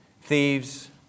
thieves